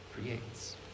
creates